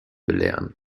belehren